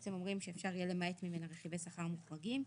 שבעצם אומרים שאפשר יהיה למעט ממנה רכיבי שכר מוחרגים.